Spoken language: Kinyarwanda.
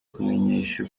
kumenyesha